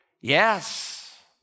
Yes